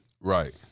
Right